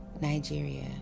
Nigeria